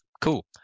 Cool